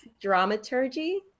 Dramaturgy